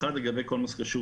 הראשון, לגבי כל מה שקשור